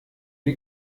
die